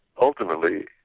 ultimately